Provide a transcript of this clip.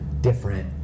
different